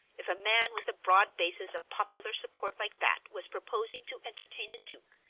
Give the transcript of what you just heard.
if a man with a broad basis of popular support like that was proposing to entertain a duke,